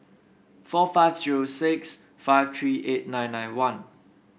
four five zero six five three eight nine nine one